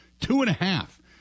two-and-a-half